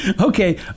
okay